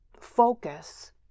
focus